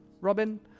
Robin